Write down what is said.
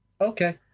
okay